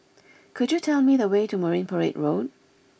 could you tell me the way to Marine Parade Road